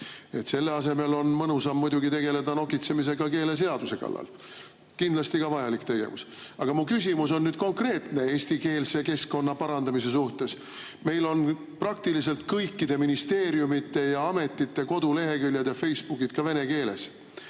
Selle asemel on mõnusam muidugi tegeleda nokitsemisega keeleseaduse kallal. Kindlasti ka vajalik tegevus. Aga mu küsimus on konkreetne eestikeelse keskkonna parandamise suhtes. Meil on praktiliselt kõikide ministeeriumide ja ametite koduleheküljed ja Facebookid ka vene keeles.